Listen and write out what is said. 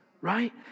right